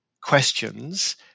questions